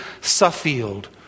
Suffield